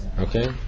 Okay